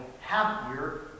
happier